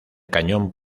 cañón